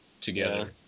together